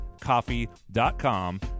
coffee.com